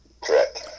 Correct